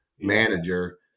manager